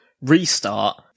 restart